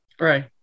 Right